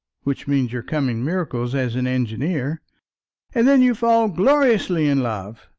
which means your coming miracles as an engineer and then you fall gloriously in love.